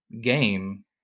game